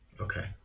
Okay